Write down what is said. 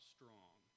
Strong